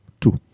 Two